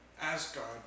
Asgard